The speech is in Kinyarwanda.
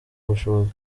ubushobozi